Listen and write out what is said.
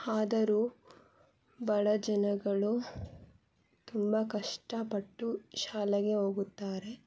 ಆದರೂ ಬಡ ಜನಗಳು ತುಂಬ ಕಷ್ಟಪಟ್ಟು ಶಾಲೆಗೆ ಹೋಗುತ್ತಾರೆ